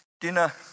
dinner